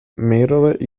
mehrere